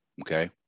Okay